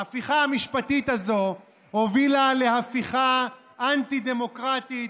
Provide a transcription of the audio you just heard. ההפיכה המשפטית הזו הובילה להפיכה אנטי-דמוקרטית